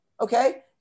okay